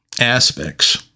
aspects